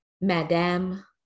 Madame